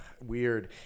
Weird